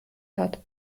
hat